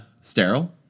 sterile